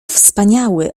wspaniały